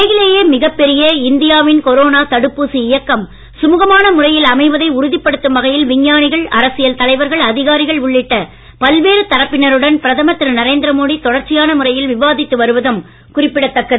உலகிலேயே மிகப் பெரிய இந்தியாவின் கொரோனா தடுப்பூசி இயக்கம் சுமுகமான முறையில் அமைவதை உறுதிப்படுத்தும் வகையில் விஞ்ஞானிகள் அரசியல் தலைவர்கள் அதிகாரிகள் உள்ளிட்ட பல்வேறு தரப்பினருடன் பிரதமர் திரு நரேந்திர மோடி தொடர்ச்சியான முறையில் விவாதித்து வருவதும் குறிப்பிடதக்கது